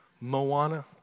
Moana